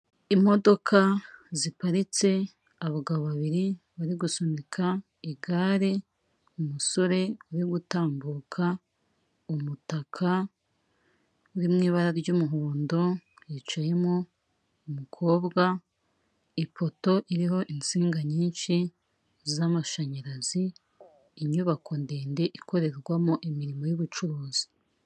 Imodoka ziparitse, abagabo babiri bari gusunika igare, umusore uri gutambuka, umutaka uri mu ibara ry'umuhondo, hicayemo umukobwa, ipoto iriho insinga nyinshi z'amashanyarazi, inyubako ndende ikorerwamo imirimo y'ubucuruzi.